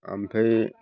ओमफ्राय